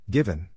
Given